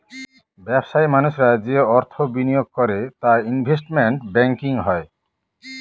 ব্যবসায়ী মানুষরা যে অর্থ বিনিয়োগ করে তা ইনভেস্টমেন্ট ব্যাঙ্কিং হয়